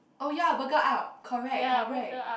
oh ya Burger Up correct correct